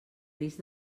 risc